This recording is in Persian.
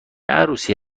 عروسی